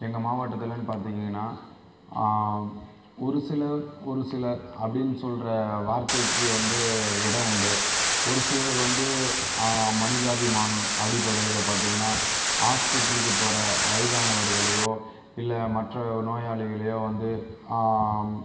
எங்கள் மாவட்டத்துலனு பார்த்தீங்கன்னா ஒரு சில ஒரு சில அப்படின்னு சொல்கிற வார்த்தைக்கு வந்து இடம் உண்டு ஒரு சிலர் வந்து மனிதாபிமானம் அடிப்படையில் பார்த்தீங்கன்னா ஹாஸ்பிட்டலுக்கு போகிற வயதானவர்களையோ இல்லை மற்ற நோயாளிகளையோ வந்து